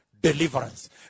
deliverance